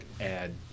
add